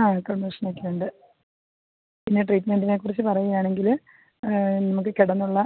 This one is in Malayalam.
ആ കൺവെർഷനൊക്കെയുണ്ട് പിന്നെ ട്രീറ്റ്മെൻറ്റിനെ കുറിച്ച് പറയുകയാണെങ്കിൽ നമുക്ക് കിടന്നുള്ള